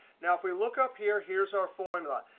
now, if we look up here, here's our formula.